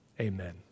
Amen